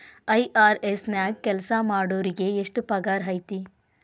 IRS ನ್ಯಾಗ್ ಕೆಲ್ಸಾಮಾಡೊರಿಗೆ ಎಷ್ಟ್ ಪಗಾರ್ ಐತಿ?